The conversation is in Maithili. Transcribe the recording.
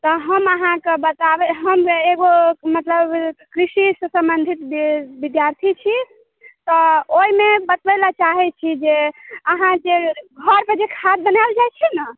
तऽ हम अहाँके बताबै हम एगो मतलब कृषि से सम्बन्धित जे विद्यार्थी छी तऽ ओहिमे बतबै लए चाहै छी जे अहाँ जे घरके जे खाद बनाएल जाइ छै ने